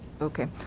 okay